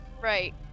Right